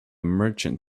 merchant